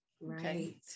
Right